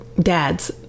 Dads